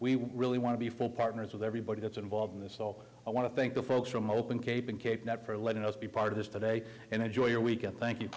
really want to be full partners with everybody that's involved in this so i want to thank the folks from open cape in cape net for letting us be part of this today and enjoy your weekend thank you